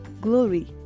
glory